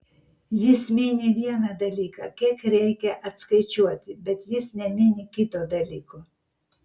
jis mini vieną dalyką kiek reikia atskaičiuoti bet jis nemini kito dalyko